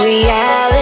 Reality